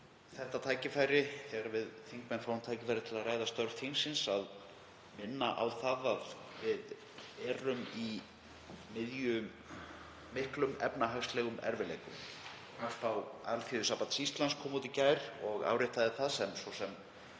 þetta tækifæri, þegar við þingmenn fáum tækifæri til að ræða störf þingsins, að minna á að við erum í miðjum miklum efnahagslegum erfiðleikum. Hagspá Alþýðusambands Íslands kom út í gær og áréttaði það sem hefur svo sem